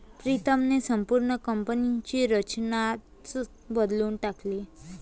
प्रीतमने संपूर्ण कंपनीची रचनाच बदलून टाकली